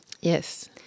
Yes